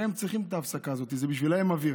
הרי הם צריכים את ההפסקה הזאת, בשבילם זה אוויר.